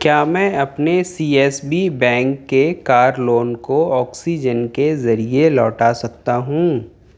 کیا میں اپنے سی ایس بی بینک کے کار لون کو آکسیجن کے ذریعے لوٹا سکتا ہوں